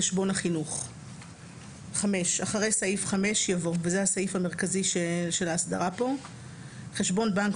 חשבון החינוך)"; אחרי סעיף 5 יבוא: "חשבון בנק